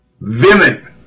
women